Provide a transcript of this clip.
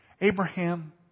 Abraham